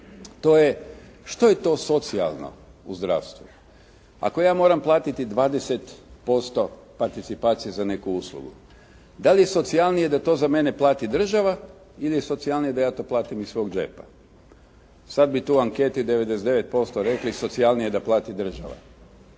to je što je to socijalno u zdravstvu. Ako ja moram platiti 20% participacije za neku uslugu, da li je socijalnije da to za mene plati država ili je socijalnije da ja to platim iz svog džepa. Sada bi tu u anketi 99% rekli socijalnije je da plati država.